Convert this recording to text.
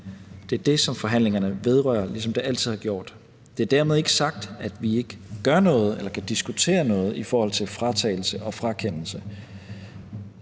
det er det, som forhandlingerne vedrører, ligesom de altid har gjort. Det er dermed ikke sagt, at vi ikke gør noget eller ikke kan diskutere noget i forhold til fratagelse og frakendelse.